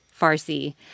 Farsi